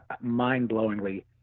mind-blowingly